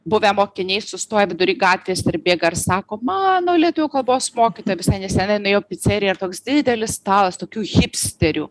buvę mokiniai sustoja vidury gatvės pribėga ir sako mano lietuvių kalbos mokytoja visai nesenai nuėjau piceriją ir toks didelis stalas tokių hipsterių